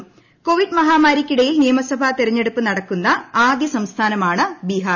ൃ ക്ടോവിഡ് മഹാമാരിക്കിടയിൽ നിയമസഭ തിരഞ്ഞെടുപ്പ് നടക്കുന്നു ആദ്യ സംസ്ഥാനമാണ് ബിഹാർ